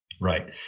Right